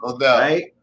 right